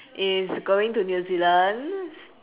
is going to new zealand